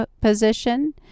position